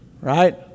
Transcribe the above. right